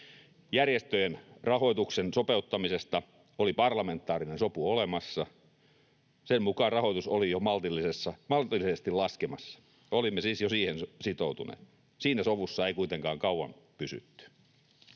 Järjestöjen rahoituksen sopeuttamisesta oli parlamentaarinen sopu olemassa, ja sen mukaan rahoitus oli jo maltillisesti laskemassa. Olimme siis jo siihen sitoutuneet. Siinä sovussa ei kuitenkaan kauan pysytty.